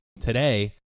Today